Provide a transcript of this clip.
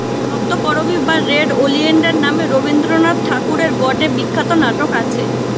রক্তকরবী বা red oleander নামে রবীন্দ্রনাথ ঠাকুরের গটে বিখ্যাত নাটক আছে